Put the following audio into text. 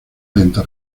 lenta